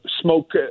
smoke